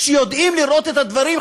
שיודעים לראות את הדברים,